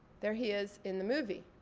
there he is in the movie.